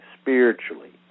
spiritually